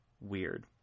weird